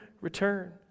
return